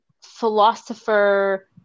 philosopher